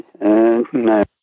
No